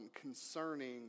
concerning